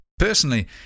Personally